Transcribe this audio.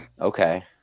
Okay